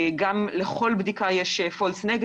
לכל בדיקה יש false negative